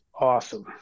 awesome